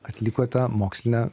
atlikote mokslinę